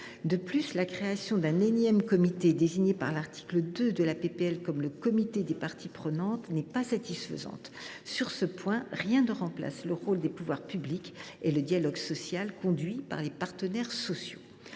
En outre, la création d’un énième comité à l’article 2, le comité des parties prenantes, n’est pas satisfaisante. Sur ce point, rien ne remplace le rôle des pouvoirs publics et le dialogue social conduit par les partenaires sociaux